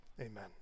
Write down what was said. Amen